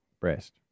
Breast